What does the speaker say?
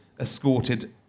escorted